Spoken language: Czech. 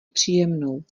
příjemnou